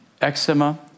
eczema